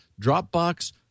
Dropbox